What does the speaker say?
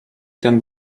ten